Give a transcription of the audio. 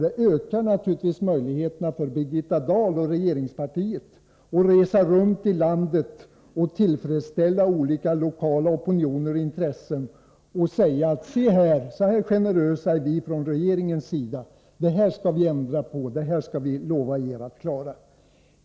Det ökar naturligtvis möjligheterna för Birgitta Dahl och övriga inom regeringspartiet att resa runt i landet, tillfredsställa olika lokala opinioner och intressen och säga: Se här, så här generösa är vi från regeringens sida. Det här skall vi ändra på. Det här lovar vi att klara.